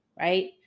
right